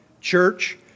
Church